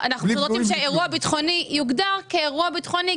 אנחנו רוצים שאירוע ביטחוני יוגדר כאירוע ביטחוני.